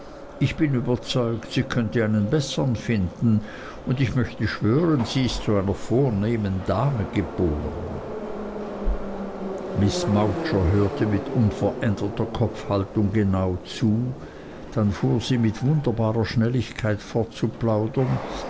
ich bin überzeugt sie könnte einen bessern finden und ich möchte schwören sie ist zu einer vornehmen dame geboren miß mowcher hörte mit unveränderter kopfhaltung genau zu dann fuhr sie mit wunderbarer schnelligkeit